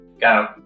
go